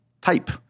type